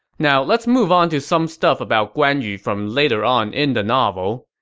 now let's move on to some stuff about guan yu from later on in the novel.